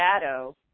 shadow